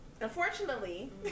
Unfortunately